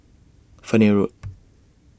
Fernhill Road